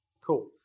Cool